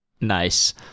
Nice